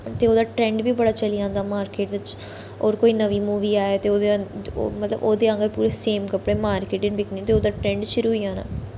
ते ओह्दा ट्रैंड बी बड़ा चली जंदा मार्किट बिच्च होर कोई नमीं मूवी आए ते ओह्दे मतलब ओह्दे आंह्गर पूरे सेम कपड़े मार्किट च बिकन ते ओह्दा ट्रैंड शुरू होई जाना